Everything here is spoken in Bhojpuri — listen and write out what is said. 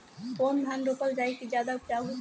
कौन धान रोपल जाई कि ज्यादा उपजाव होई?